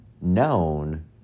known